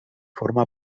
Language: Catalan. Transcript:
forma